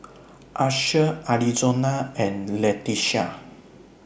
Asher Arizona and Letitia